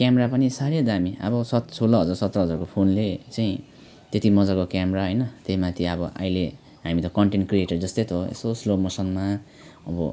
camera पनि साह्रै दामी अब सत् सोह्र हजार सत्र हजारको फोनले चाहिँ त्यति मजाको क्यामेरा हैन त्यहीँमाथि अब आहिले हामी त कन्टेन्ट क्रिएटर जस्तै त हो यसो स्लो मोसनमा अब